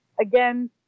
Again